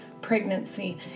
pregnancy